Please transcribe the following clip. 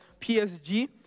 PSG